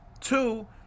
Two